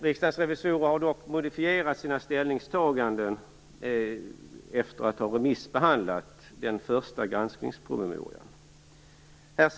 Riksdagens revisorer har dock modifierat sina ställningstaganden efter att ha remissbehandlat den första granskningspromemorian.